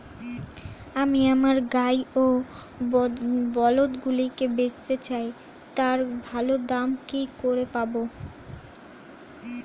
আমি আমার গাই ও বলদগুলিকে বেঁচতে চাই, তার ভালো দাম কি করে পাবো?